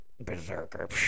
Berserker